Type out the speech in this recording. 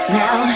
now